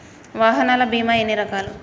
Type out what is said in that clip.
వాహనాల బీమా ఎన్ని రకాలు?